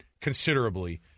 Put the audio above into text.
considerably